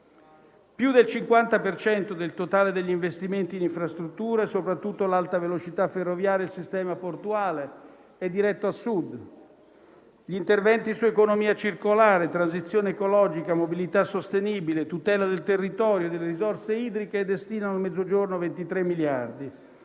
per cento del totale degli investimenti in infrastrutture - soprattutto l'Alta velocità ferroviaria e il sistema portuale - è diretto al Sud. Gli interventi su economia circolare, transizione ecologica, mobilità sostenibile e tutela del territorio e della risorsa idrica destinano al Mezzogiorno 23 miliardi.